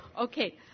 Okay